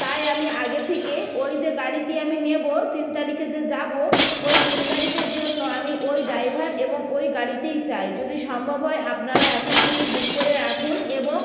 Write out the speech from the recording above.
তাই আমি আগে থেকে ওই যে গাড়িটি আমি নেব তিন তারিখে যে যাব ওই তিন তারিখের জন্য আমি ওই ড্রাইভার এবং ওই গাড়িটিই চাই যদি সম্ভব হয় আপনারা এখন থেকেই বুক করে রাখুন এবং